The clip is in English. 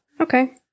Okay